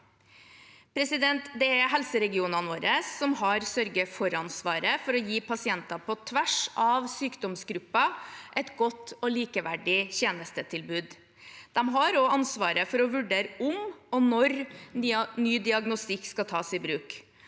vurderinger. Det er helseregionene våre som har sørge-for-ansvaret for å gi pasienter på tvers av sykdomsgrupper et godt og likeverdig tjenestetilbud. De har også ansvaret for å vurdere om og når ny diagnostikk skal tas i bruk,